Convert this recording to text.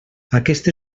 aquest